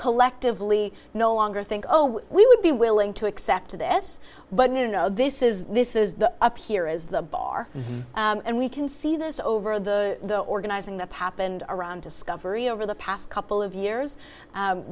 collectively no longer think oh we would be willing to accept this but you know this is this is the up here is the bar and we can see this over the organizing that's happened around discovery over the past couple of years